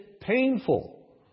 painful